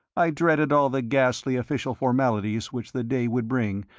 i dreaded all the ghastly official formalities which the day would bring,